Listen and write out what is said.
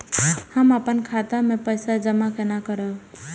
हम अपन खाता मे पैसा जमा केना करब?